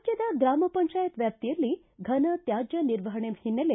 ರಾಜ್ಯದ ಗ್ರಾಮ ಪಂಚಾಯತ್ ವ್ಯಾಪ್ತಿಯಲ್ಲಿ ಫನ ತ್ಯಾಜ್ಯ ನಿರ್ವಹಣೆ ಹಿನ್ನೆಲೆ